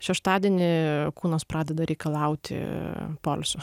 šeštadienį kūnas pradeda reikalauti poilsio